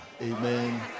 Amen